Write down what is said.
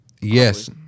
Yes